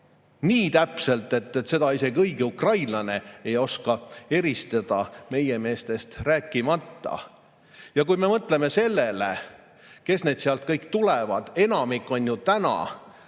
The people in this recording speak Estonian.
Nii täpselt, seda isegi õige ukrainlane ei oska eristada, meie meestest rääkimata? Kui me mõtleme sellele, kes kõik sealt tulevad – enamik on ju